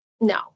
no